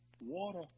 water